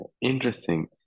Interesting